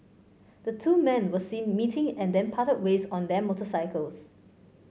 the two men were seen meeting and then parted ways on their motorcycles